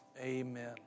Amen